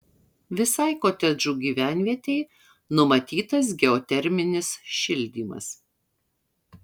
visai kotedžų gyvenvietei numatytas geoterminis šildymas